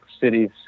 cities